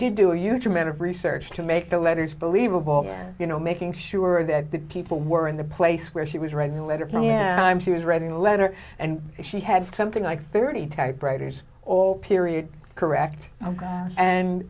did do a huge amount of research to make the letters believable you know making sure that people were in the place where she was writing a letter and i'm she was reading a letter and she had something like thirty typewriters all period correct